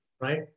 right